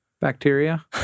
bacteria